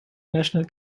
national